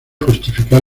justificar